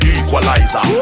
equalizer